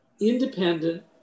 independent